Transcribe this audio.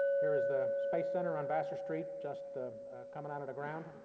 here is the space center on vassar street, just ah coming out of the ground.